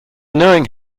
knowing